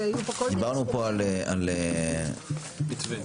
דיברנו פה על המתווה,